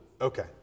Okay